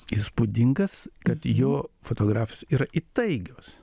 įspūdingas kad jo fotografijos yra įtaigios